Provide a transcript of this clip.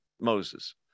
moses